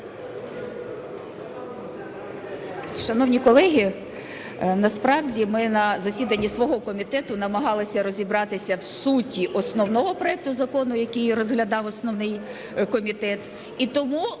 Шановні колеги, насправді ми на засіданні свого комітету намагалися розібратися в суті основного проекту закону, який розглядав основний комітет,